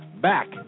back